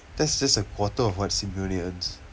there's just a quarter of what earns